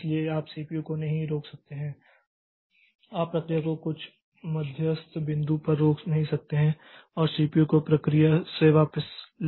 इसलिए आप सीपीयू को नहीं रोक सकते हैं आप प्रक्रिया को कुछ मध्यस्थ बिंदु पर रोक नहीं सकते हैं और सीपीयू को प्रक्रिया से वापस ले सकते हैं